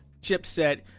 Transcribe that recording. chipset